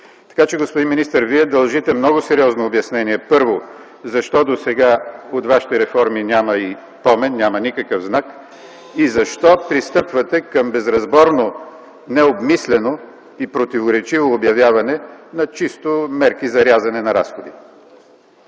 Така че, господин министър, Вие дължите много сериозно обяснение, първо, защо досега от вашите реформи няма и помен, няма никакъв знак и защо пристъпвате към безразборно, необмислено и противоречиво обявяване на мерки чисто за рязане на разходи?